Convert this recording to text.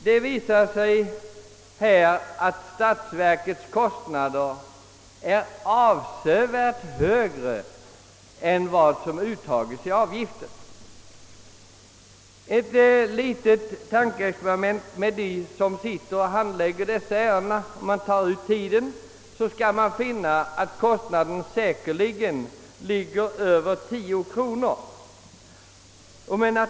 Det visar sig att statsverkets kostnader härför är avsevärt högre än vad som uttagits i avgift. Om man räknar ut tiden för dem som handlägger dessa ärenden, skall man säkerligen finna att kostnaden ligger över tio kronor.